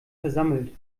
versammelt